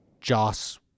Joss